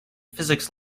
physics